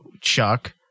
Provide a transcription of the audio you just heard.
Chuck